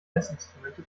messinstrumente